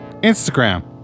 Instagram